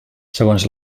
segons